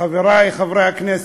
חברי חברי הכנסת,